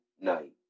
night